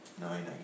nine